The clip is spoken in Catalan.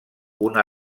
una